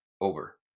over